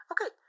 Okay